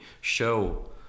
show